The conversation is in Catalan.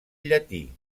llatí